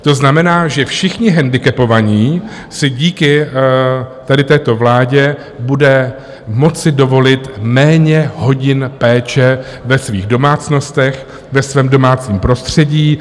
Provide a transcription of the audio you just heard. To znamená, že všichni handicapovaní si díky tady této vládě budou moci dovolit méně hodin péče ve svých domácnostech, ve svém domácím prostředí.